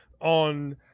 on